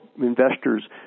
investors